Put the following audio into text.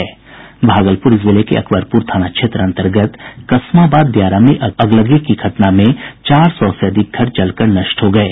भागलपुर जिले के अकबरपुर थाना क्षेत्र अन्तर्गत कसमांबाद दियारा में अगलगी की घटना में चार सौ से अधिक घर जलकर नष्ट हो गये